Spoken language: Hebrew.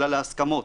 אלא להסכמות.